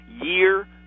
year